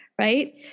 Right